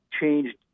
changed